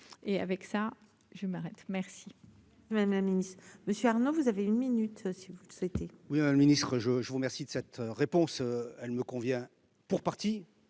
et avec ça, je m'arrête, merci. Madame la Ministre Monsieur Arnaud, vous avez une minute si vous le souhaitez. Oui, le ministre, je vous remercie de cette réponse, elle me convient, pour partie,